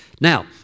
Now